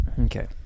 Okay